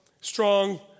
strong